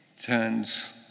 turns